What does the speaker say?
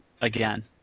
again